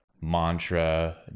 Mantra